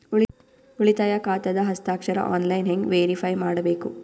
ಉಳಿತಾಯ ಖಾತಾದ ಹಸ್ತಾಕ್ಷರ ಆನ್ಲೈನ್ ಹೆಂಗ್ ವೇರಿಫೈ ಮಾಡಬೇಕು?